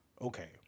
okay